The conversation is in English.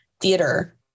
theater